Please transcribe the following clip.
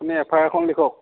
আপুনি F I R এখন লিখক